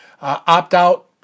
opt-out